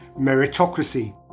Meritocracy